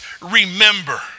Remember